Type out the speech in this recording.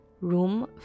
room